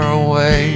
away